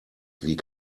wie